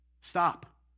Stop